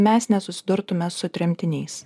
mes nesusidurtume su tremtiniais